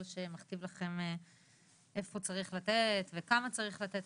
שמכתיב לכם איפה צריך לתת וכמה צריך לתת.